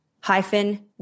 hyphen